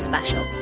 Special